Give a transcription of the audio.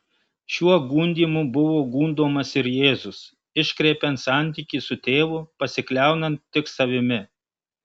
šiuo gundymu buvo gundomas ir jėzus iškreipiant santykį su tėvu pasikliaunant tik savimi